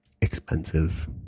expensive